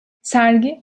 sergi